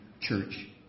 church